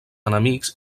enemics